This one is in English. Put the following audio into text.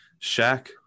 Shaq